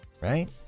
right